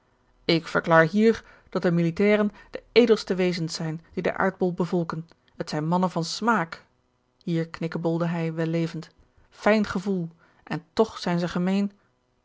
ik verklaar hier dat de militairen de edelste wezens zijn die den aarbol bevolken het zijn mannen van smaak hier knikkebolde hij wellevend fijn gevoel en toch zijn zij gemeen